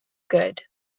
good